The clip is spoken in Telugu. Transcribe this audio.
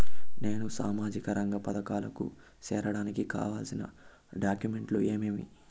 నేను సామాజిక రంగ పథకాలకు సేరడానికి కావాల్సిన డాక్యుమెంట్లు ఏమేమీ?